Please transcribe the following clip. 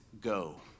go